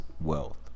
wealth